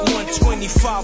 125